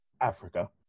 Africa